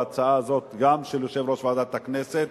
ההצעה הזאת היא גם של יושב-ראש ועדת הכנסת